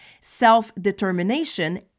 self-determination